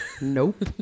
Nope